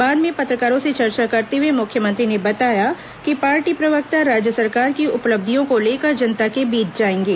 बाद में पत्रकारों से चर्चा करते हुए मुख्यमंत्री ने बताया कि पार्टी प्रवक्ता राज्य सरकार की उपलब्धियों को लेकर जनता के बीच जाएंगे